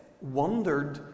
wondered